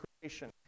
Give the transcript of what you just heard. creation